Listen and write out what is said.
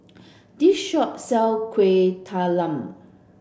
this shop sell Kueh Talam